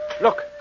Look